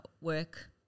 work